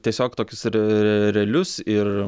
tiesiog tokius re realius ir